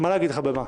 מה להגיד לך במה?